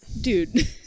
dude